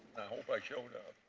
hope i showed up.